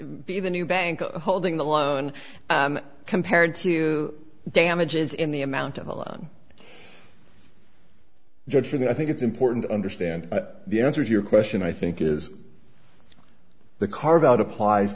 be the new bank holding the loan compared to damages in the amount of a loan jittering i think it's important to understand the answer to your question i think is the carve out applies